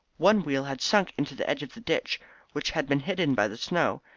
one wheel had sunk into the edge of the ditch which had been hidden by the snow,